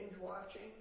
watching